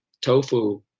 tofu